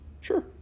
Sure